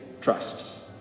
trusts